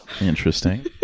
interesting